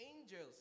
angels